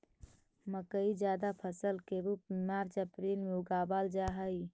मकई जायद फसल के रूप में मार्च अप्रैल में उगावाल जा हई